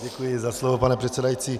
Děkuji za slovo, pane předsedající.